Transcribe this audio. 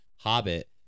hobbit